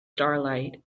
starlight